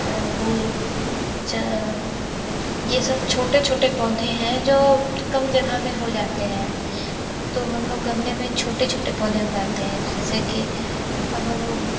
रघुल ये सब छोटे छोटे पौधे हैं जो कम जगह में हो जाते हैं तो हम लोग गमलें में छोटे छोटे पौधे उगाते हैं जैसे कि अब वो